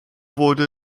wurde